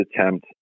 attempt